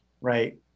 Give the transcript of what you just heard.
right